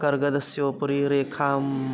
कर्गदस्योपरि रेखाम्